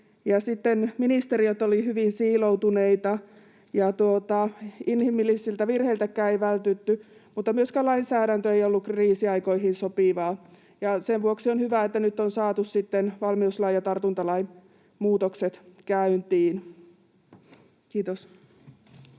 ministeriöt olivat hyvin siiloutuneita, ja inhimillisiltä virheiltäkään ei vältytty, mutta myöskään lainsäädäntö ei ollut kriisiaikoihin sopivaa. Sen vuoksi on hyvä, että nyt on saatu sitten valmiuslain ja tartuntalain muutokset käyntiin. — Kiitos.